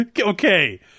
okay